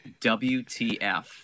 WTF